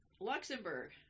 Luxembourg